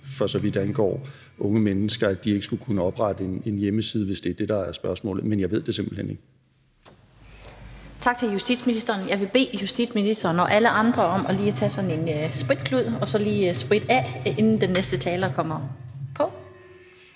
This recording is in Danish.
for så vidt angår unge mennesker, altså at de ikke skulle kunne oprette en hjemmeside, hvis det er det, der er spørgsmålet. Men jeg ved det simpelt hen ikke. Kl. 17:01 Den fg. formand (Annette Lind): Tak til justitsministeren. Jeg vil bede justitsministeren og alle andre om lige at tage sådan en spritklud og så spritte af, inden den næste taler kommer på.